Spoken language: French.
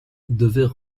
devaient